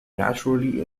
naturally